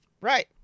Right